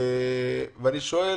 אני שואל,